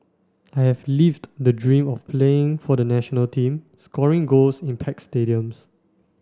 I have lived the dream of playing for the national team scoring goals in packed stadiums